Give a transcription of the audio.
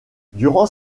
durant